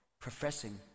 professing